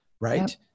right